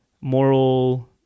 Moral